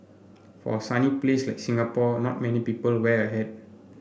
for a sunny place like Singapore not many people wear a hat